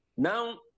now